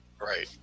right